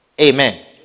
Amen